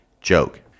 joke